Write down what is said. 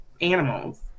animals